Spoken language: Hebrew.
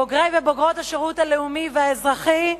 בוגרי ובוגרות השירות הלאומי והאזרחי,